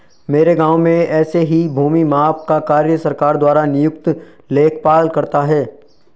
मेरे गांव में ऐसे ही भूमि माप का कार्य सरकार द्वारा नियुक्त लेखपाल करता है